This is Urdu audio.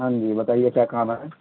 ہاں جی بتائیے کیا کام ہے